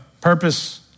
purpose